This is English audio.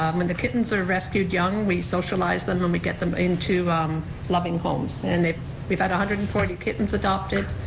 um when the kittens are rescued young, we socialize them and we get them into um loving homes and we've had one hundred and forty kittens adopted.